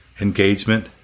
engagement